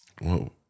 Whoa